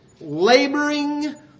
laboring